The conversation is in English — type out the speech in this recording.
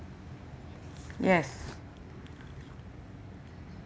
yes